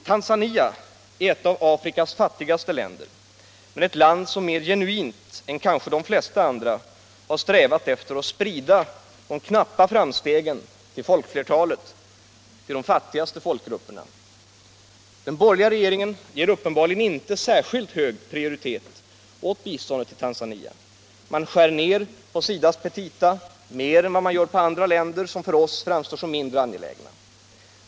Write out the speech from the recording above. Tanzania är ett av Afrikas fattigaste länder, men ett land som mer genuint än kanske de flesta andra strävat efter att sprida de knappa framstegen till folkflertalet, till de fattigaste folkgrupperna. Den borgerliga regeringen ger uppenbarligen inte särskilt hög prioritet åt biståndet till Tanzania. Man skär ned på SIDA:s petita mer än när det gäller andra länder som för oss framstår som mindre angelägna.